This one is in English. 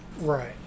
Right